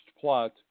plot